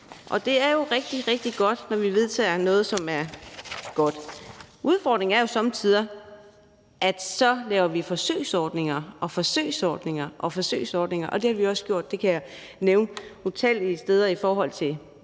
Det er jo rigtig, rigtig godt, når vi vedtager noget, som er godt. Udfordringen er jo somme tider, at så laver vi forsøgsordninger igen og igen, og det har vi også gjort, kan jeg nævne, utallige steder i forhold til blinde